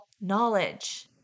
knowledge